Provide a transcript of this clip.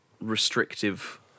restrictive